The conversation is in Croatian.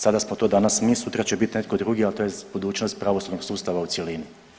Sada smo to danas mi, sutra će biti netko drugi, ali to je budućnost pravosudnog sustava u cjelini.